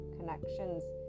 connections